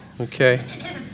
okay